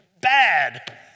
bad